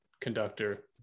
conductor